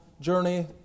journey